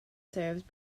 serves